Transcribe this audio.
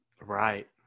Right